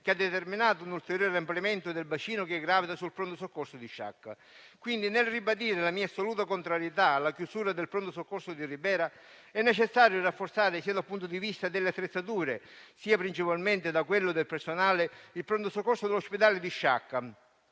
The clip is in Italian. che ha determinato un ulteriore ampliamento del bacino che gravita sul pronto soccorso di Sciacca. Quindi, nel ribadire la mia assoluta contrarietà alla chiusura del pronto soccorso di Ribera, è necessario rafforzare, sia dal punto di vista delle attrezzature sia, principalmente, da quello del personale, il pronto soccorso dell'ospedale di Sciacca.